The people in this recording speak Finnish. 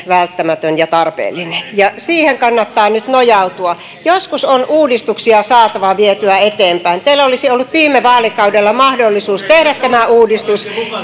välttämätön ja tarpeellinen ja siihen kannattaa nyt nojautua joskus on uudistuksia saatava vietyä eteenpäin teillä olisi ollut viime vaalikaudella mahdollisuus tehdä tämä uudistus